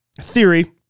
theory